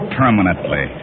permanently